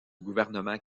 gouvernement